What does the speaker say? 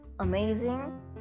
Amazing